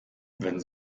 wenn